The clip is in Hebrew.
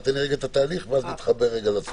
תן לי רגע את התהליך ואז נתחבר לסוף.